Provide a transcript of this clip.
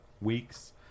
weeks